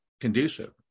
conducive